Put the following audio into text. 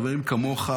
חברים כמוך,